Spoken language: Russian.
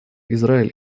израиль